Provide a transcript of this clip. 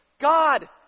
God